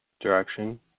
direction